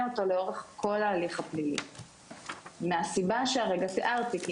אותו לאורך כל ההליך הפלילי מהסיבה שהרגע תיארתי.